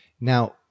Now